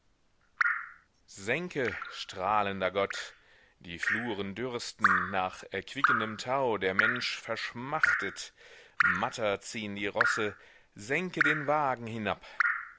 senke strahlender gott die fluren dürsten nach erquickendem tau der mensch verschmachtet matter ziehen die rosse senke den wagen hinab